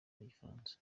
n’igifaransa